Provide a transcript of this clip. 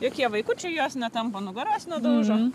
jokie vaikučiai jos netampo nugaros nedaužo